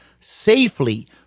Safely